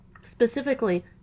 specifically